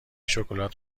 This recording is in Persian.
شکلات